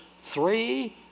three